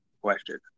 Question